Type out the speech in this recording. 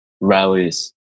Rallies